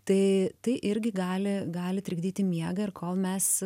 tai tai irgi gali gali trikdyti miegą ir kol mes